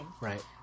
right